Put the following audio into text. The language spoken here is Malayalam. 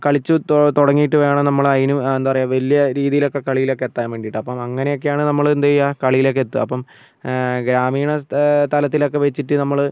കളിച്ചുതുടങ്ങിയിട്ടുവേണം നമ്മൾ ആതിനും എന്താ പറയാ വലിയ രീതിയിലൊക്കെ കളിയിലൊക്കെ എത്താൻ വേണ്ടിയിട്ട് അപ്പോൾ അങ്ങനെയൊക്കെയാണ് നമ്മൾ എന്തെയ്യാ കളിയിലൊക്കെ എത്തുക അപ്പം ഗ്രാമീണ തലത്തിലൊക്കെ വെച്ചിട്ട് നമ്മൾ